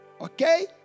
Okay